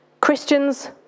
Christians